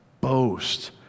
boast